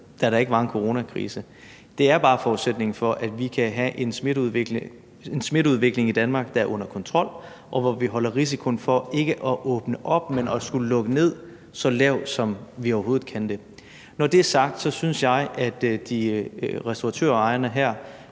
da der ikke var en coronakrise. Det er bare forudsætningen for, at vi kan have en smitteudvikling i Danmark, der er under kontrol, og hvor vi efter at have åbnet op holder risikoen så lav, som vi overhovedet kan, for ikke at skulle lukke ned igen. Når det er sagt, synes jeg, at restaurationsejerne her